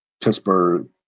Pittsburgh